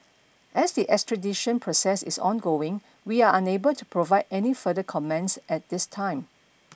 as the extradition process is ongoing we are unable to provide any further comments at this time